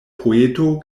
poeto